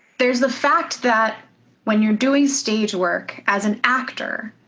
there's the fact that when you're doing stage work as an actor,